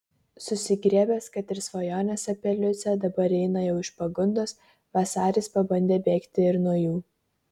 susigriebęs kad ir svajonės apie liucę dabar eina jau iš pagundos vasaris pabandė bėgti ir nuo jų